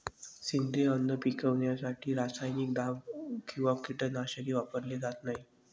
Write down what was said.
सेंद्रिय अन्न पिकवण्यासाठी रासायनिक दाब किंवा कीटकनाशके वापरली जात नाहीत